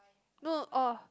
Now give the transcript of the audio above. no oh